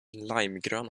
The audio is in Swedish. limegrön